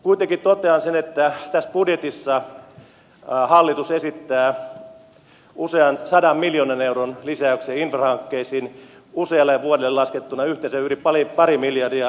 kuitenkin totean sen että tässä budjetissa hallitus esittää usean sadan miljoonan euron lisäyksen infrahankkeisiin usealle vuodelle laskettuna yhteensä yli pari miljardia